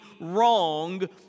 wrong